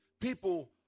People